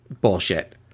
bullshit